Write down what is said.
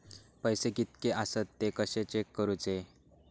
पैसे कीतके आसत ते कशे चेक करूचे?